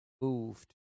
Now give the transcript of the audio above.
moved